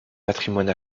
patrimoine